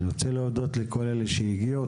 בינתיים, אני רוצה להודות לכל אלה שהגיעו.